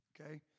okay